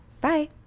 Bye